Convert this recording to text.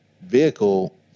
vehicle